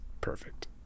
perfect